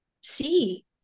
see